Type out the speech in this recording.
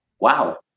wow